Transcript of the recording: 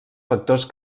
factors